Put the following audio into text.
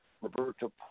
Roberto